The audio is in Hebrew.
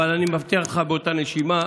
אבל אני מבטיח לך באותה נשימה,